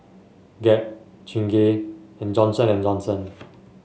Gap Chingay and Johnson And Johnson